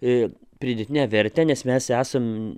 ir pridėtine verte nes mes esam